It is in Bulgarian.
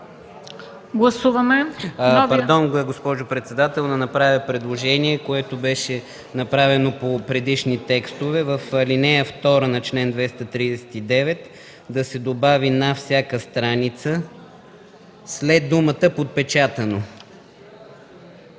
и секретаря.” Госпожо председател, да направя предложение, което беше направено и по предишни текстове – в ал. 2 на чл. 239 да се добави „на всяка страница” след думата „подпечатано”.